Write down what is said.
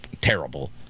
terrible